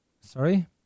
Sorry